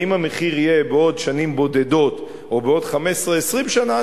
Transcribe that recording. האם המחיר יהיה בעוד שנים בודדות או בעוד 15 20 שנה?